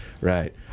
Right